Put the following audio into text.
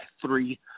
three